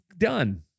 Done